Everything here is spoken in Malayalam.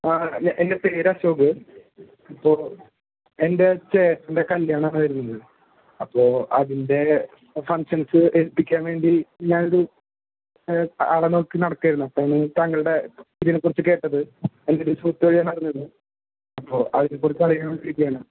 എൻ്റെ പേര് അശോക് ഇപ്പോൾ എൻ്റെ ചേട്ടൻ്റെ കല്യാണമാണ് വരുന്നത് അപ്പോൾ അതിൻ്റെ ഫൺഷൻസ് ഏൽപ്പിക്കാൻ വേണ്ടി ഞാനൊരു ആളെ നോക്കി നടക്കായിരുന്നു അപ്പോൾ താങ്കളുടെ ഇതിനെ കുറിച്ച് കേട്ടത് അപ്പോൾ അതിനെ കുറിച്ചു അറിയാൻ വിളിച്ചയാണ്